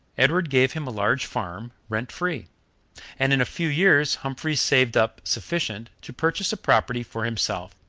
edward gave him a large farm, rent free and in a few years humphrey saved up sufficient to purchase a property for himself.